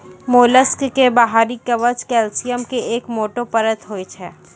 mollusc के बाहरी कवच कैल्सियम के एक मोटो परत होय छै